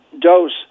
dose